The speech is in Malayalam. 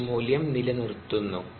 എച്ച് മൂല്യം നിലനിർത്തുന്നു